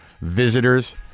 visitors